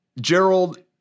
Gerald